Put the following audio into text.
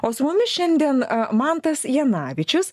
o su mumis šiandien mantas janavičius